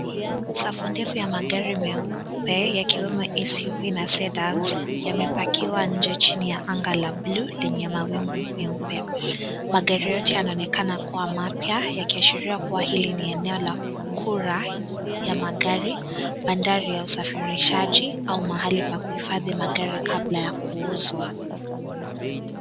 Safu ndefu ya magarui meupe yakiwemo suv na zeed arms yamepakiwa nje chini ya anga la buluu lenye mawingu nyeupe ,magari yote yanaonekana kuwa mapya yakiashiria kuwa hili ni eneo la kura ya magari bandari ya usafirishaji au mahali pa kuhifadhi magari kabla ya kuuzwa